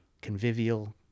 convivial